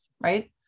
right